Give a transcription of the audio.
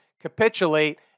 capitulate